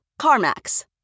CarMax